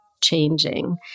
changing